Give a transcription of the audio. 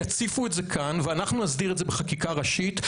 יציפו את זה כאן ואנחנו נסדיר את זה בחקיקה ראשית.